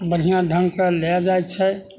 बढ़िआँ ढङ्ग से लए जाइत छै